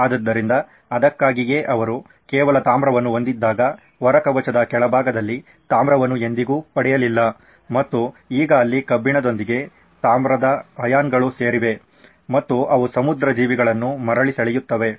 ಆದ್ದರಿಂದ ಅದಕ್ಕಾಗಿಯೇ ಅವರು ಕೇವಲ ತಾಮ್ರವನ್ನು ಹೊಂದಿದ್ದಾಗ ಹೊರ ಕವಚದ ಕೆಳಭಾಗದಲ್ಲಿ ತಾಮ್ರವನ್ನು ಎಂದಿಗೂ ಪಡೆಯಲಿಲ್ಲ ಮತ್ತು ಈಗ ಅಲ್ಲಿ ಕಬ್ಬಿಣದೊಂದಿಗೆ ತಾಮ್ರದ ಅಯಾನ್ಗಳು ಸೇರಿವೆ ಮತ್ತು ಅವು ಸಮುದ್ರ ಜೀವಿಗಳನ್ನು ಮರಳಿ ಸೆಳೆಯುತ್ತಾವೆ